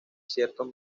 ciertos